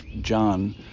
John